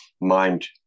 mind